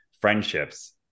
friendships